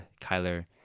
Kyler